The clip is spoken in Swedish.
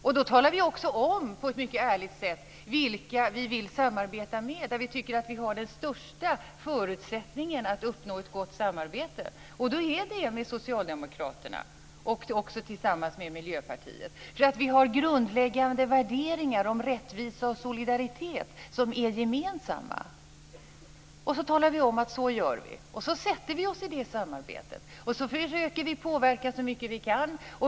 Vi talar också om på ett mycket ärligt sätt vilka vi vill samarbeta med och där vi tycker att vi har den största förutsättningen att uppnå ett gott samarbete, och det är tillsammans med Socialdemokraterna och Miljöpartiet. Vi har grundläggande värderingar om rättvisa och solidaritet som är gemensamma. Vi talar om hur vi skall göra. Vi sätter oss i det samarbetet och försöker påverka så mycket vi kan.